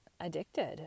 addicted